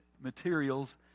materials